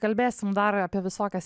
kalbėsim dar apie visokias